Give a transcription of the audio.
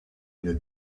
une